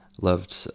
loved